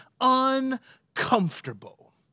uncomfortable